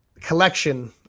collection